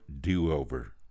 do-over